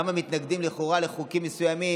למה מתנגדים, לכאורה, לחוקים מסוימים.